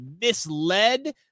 misled